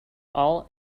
all